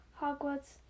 Hogwarts